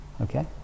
Okay